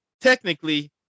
technically